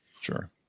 Sure